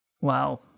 Wow